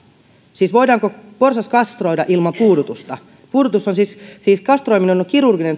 siis voidaanko porsas kastroida ilman puudutusta puudutusta kastroiminen on kirurginen